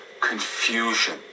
confusion